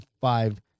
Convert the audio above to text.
five